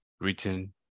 written